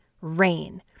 rain